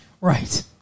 Right